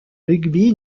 rugby